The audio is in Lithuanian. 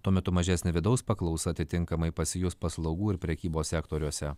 tuo metu mažesnė vidaus paklausa atitinkamai pasijus paslaugų ir prekybos sektoriuose